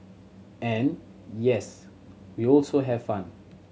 and yes we also have fun